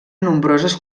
nombroses